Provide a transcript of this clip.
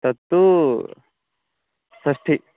तत्तु षष्टिः